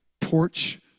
porch